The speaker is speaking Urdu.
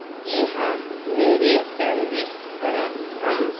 جی ہاں میرے سروس فراہم